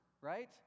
right